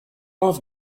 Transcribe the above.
off